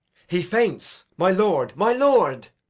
he faints! my lord, my lord!